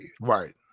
right